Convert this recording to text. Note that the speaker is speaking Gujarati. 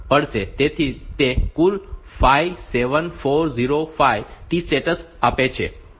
તેથી તે કુલ 57405 T સ્ટેટ્સ આપે છે